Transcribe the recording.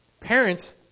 Parents